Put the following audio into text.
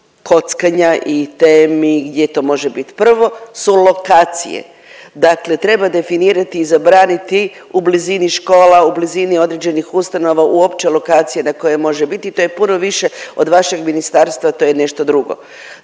kockanja i temi gdje to može bit prvo su lokacije. Dakle, treba definirati i zabraniti u blizini škola, u blizini određenih ustanova uopće lokacije na koje može biti. To je puno više od vašeg ministarstva, to je nešto drugo.